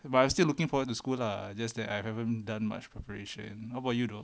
but I'm still looking forward to school lah just that I haven't done much preparation about you though